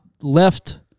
left